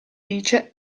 dice